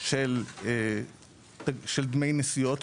של דמי נסיעות,